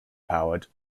powered